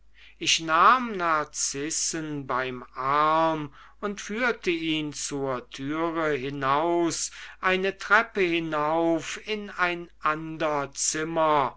ich nahm narzissen beim arm und führte ihn zur türe hinaus eine treppe hinauf in ein ander zimmer